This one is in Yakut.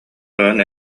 тойон